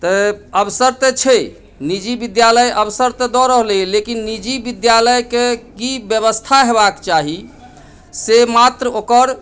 त अवसर त छै निजी विद्यालय अवसर तऽ दऽ रहलैय लेकिन निजी विद्यालय के की व्यवस्था हेबाक चाही से मात्र ओकर